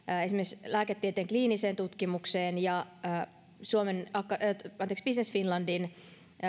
esimerkiksi lääketieteen kliiniseen tutkimukseen ja business finlandin